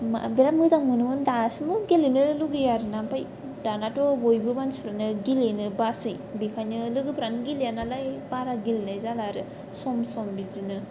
बिराद मोजां मोनोमोन दासिमबो गेलेनो लुगैयो आरो ना दानाथ' बयबो मानसिफोरानो गेलेनो बासोयो बेखायनो लोगोफोरानो गेलेयानालाय बारा गेलेनाय जाला आरो सम सम बिदिनो